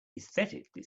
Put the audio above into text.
aesthetically